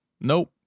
Nope